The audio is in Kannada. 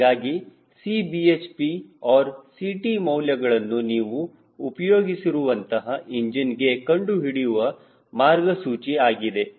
ಹೀಗಾಗಿ Cbhp or Ct ಮೌಲ್ಯಗಳನ್ನು ನೀವು ಉಪಯೋಗಿಸಿರುವಂತಹ ಇಂಜಿನ್ ಗೆ ಕಂಡುಹಿಡಿಯುವ ಮಾರ್ಗಸೂಚಿ ಇದಾಗಿದೆ